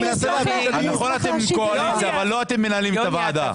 לא אתם מנהלים את הוועדה.